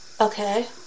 Okay